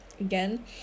again